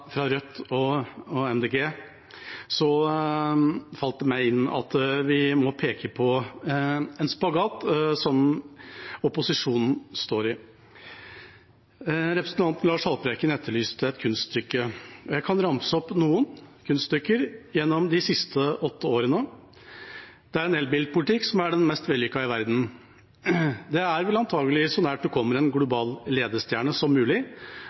Rødt og Miljøpartiet De Grønne, falt det meg inn at vi må peke på en spagat som opposisjonen står i. Representanten Lars Haltbrekken etterlyste et kunststykke. Jeg kan ramse opp noen kunststykker gjennom de siste åtte årene. Vi har en elbilpolitikk som er den mest vellykkede i verden. Det er vel antagelig så nært som mulig man kommer en global ledestjerne. Norge er altså det landet i verden som